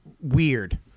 Weird